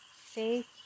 Faith